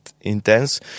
intense